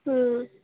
হুম